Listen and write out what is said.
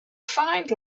find